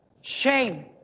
Shame